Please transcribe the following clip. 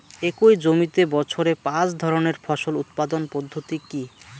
একই জমিতে বছরে পাঁচ ধরনের ফসল উৎপাদন পদ্ধতি কী?